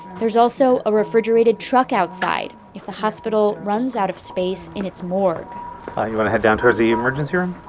there's also a refrigerated truck outside if the hospital runs out of space in its morgue you want to head down towards the emergency room?